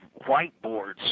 whiteboards